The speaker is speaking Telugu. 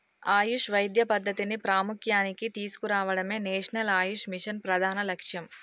ఆయుష్ వైద్య పద్ధతిని ప్రాముఖ్య్యానికి తీసుకురావడమే నేషనల్ ఆయుష్ మిషన్ ప్రధాన లక్ష్యం